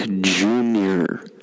Junior